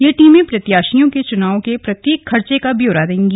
ये टीमें प्रत्याशियों के चुनाव के प्रत्येक खर्चे का ब्योरा देंगी